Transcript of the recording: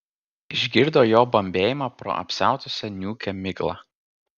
išgirdo jo bambėjimą pro apsiautusią niūkią miglą